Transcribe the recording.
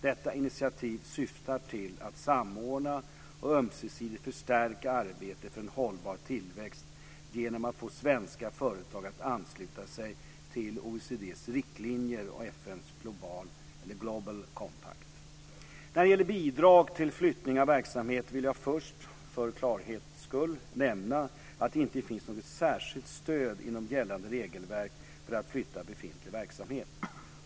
Detta initiativ syftar till att samordna och ömsesidigt förstärka arbetet för en hållbar tillväxt genom att få svenska företag att ansluta sig till OECD:s riktlinjer och FN:s Global Compact. När det gäller bidrag till flyttning av verksamhet vill jag först, för klarhets skull, nämna att det inte finns något särskilt stöd inom gällande regelverk för att flytta befintlig verksamhet.